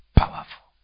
powerful